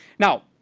now,